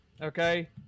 Okay